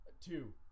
Two